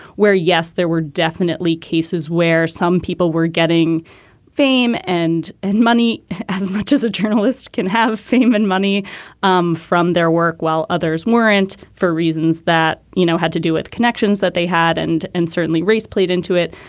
where, yes, there were definitely cases where some people were getting fame and and money as much as a journalist can have fame and money um from their work while others weren't. for reasons that, you know, had to do with connections that they had. and and certainly race played into it.